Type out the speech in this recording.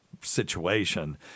situation